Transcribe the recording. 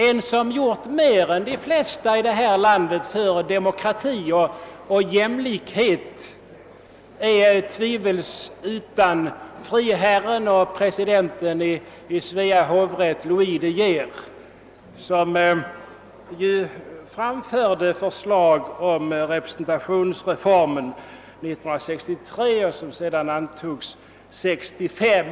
En som gjort mer än de flesta i detta land för demokrati och jämlikhet är tvivelsutan friherren och presidenten i Svea hovrätt Louis De Geer, som ju framförde förslag om representationsreformen 1863, vilket förslag sedan antogs 1865.